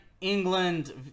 England